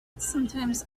sometimes